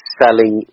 selling